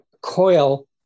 coil